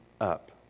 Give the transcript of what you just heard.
up